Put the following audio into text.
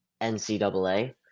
NCAA